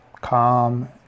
Calm